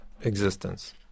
existence